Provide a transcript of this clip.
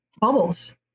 bubbles